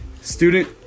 student